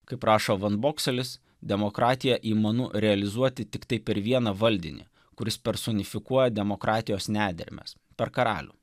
kaip rašo van bokselis demokratiją įmanu realizuoti tiktai per vieną valdinį kuris personifikuoja demokratijos nedermes per karalių